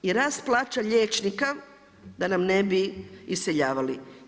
I rast plaća liječnika da nam ne bi iseljavali.